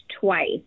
twice